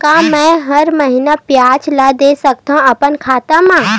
का मैं हर महीना ब्याज ला ले सकथव अपन खाता मा?